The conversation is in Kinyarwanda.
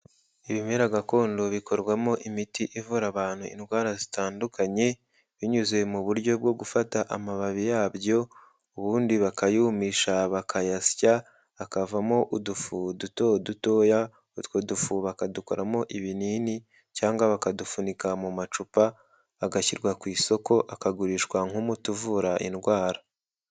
Ibimera gakondo bikorwamo imiti ivura abantu indwara zitandukanye, binyuze mu buryo bwo gufata amababi yabyo, ubundi bakayumisha bakayasya, akavamo udufu duto dutoya, utwo dufu bakadukoramo ibinini cyangwa bakadufunika mu macupa, agashyirwa ku isoko, akagurishwa nk'umuti uvura indwara.